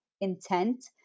intent